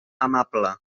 amable